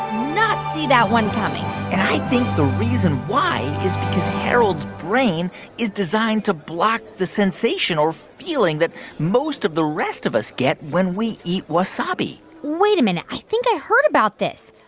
not see that one coming and i think the reason why is because harold's brain is designed to block the sensation or feeling that most of the rest of us get when we eat wasabi wait a minute. i think i heard about this.